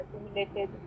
accumulated